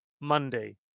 Monday